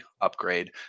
upgrade